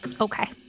Okay